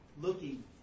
looking